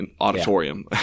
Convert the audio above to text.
auditorium